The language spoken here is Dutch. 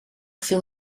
veel